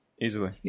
Easily